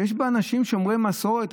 שיש בה אנשים שומרי מסורת,